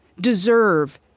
deserve